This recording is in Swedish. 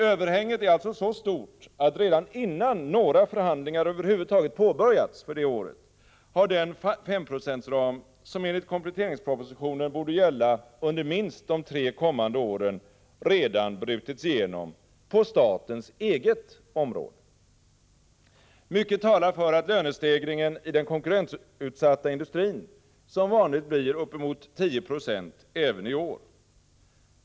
Överhänget är alltså så stort att redan innan några förhandlingar över huvud taget påbörjats för det året, har den 5-procentsram som enligt kompletteringspropositionen borde gälla under minst de tre kommande åren redan brutits igenom på statens eget område. Mycket talar för att lönestegringen i den konkurrensutsatta industrin som vanligt blir uppemot 10 96 även i år.